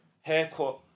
haircut